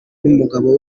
n’umugabo